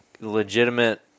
legitimate